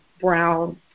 brown